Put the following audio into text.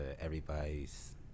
everybody's